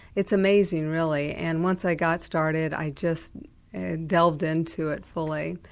it's amazing really, and once i got started i just delved into it fully.